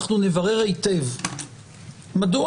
אנחנו נברר היטב מדוע.